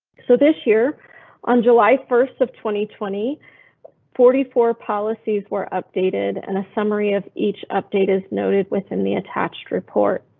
so this year on july first of twenty, twenty forty four policies were updated and a summary of each update is noted within the attached report.